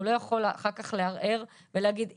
הוא לא יכול אחר כך לערער ולהגיד 'הינה,